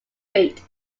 feet